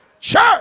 church